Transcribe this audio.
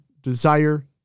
Desire